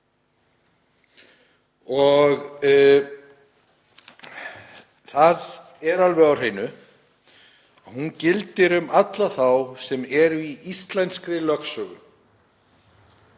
Það er alveg á hreinu að hún gildir um alla þá sem eru í íslenskri lögsögu,